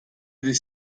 this